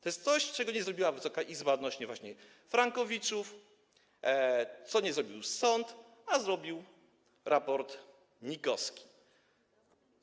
To jest coś, czego nie zrobiła Wysoka Izba odnośnie do frankowiczów, czego nie zrobił sąd, a zrobił raport NIK-u.